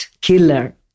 killer